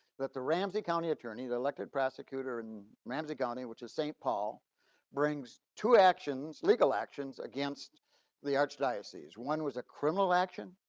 that the ramsey county attorney, the elected prosecutor and ramsey county which is st. paul brings to actions, legal actions against the archdiocese. one was a criminal action.